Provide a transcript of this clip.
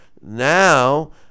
Now